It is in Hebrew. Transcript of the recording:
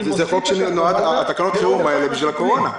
אני מוסיף את הקורונה --- תקנות החירום האלה נועדו בשביל הקורונה.